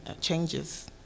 changes